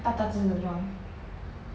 大大只的 john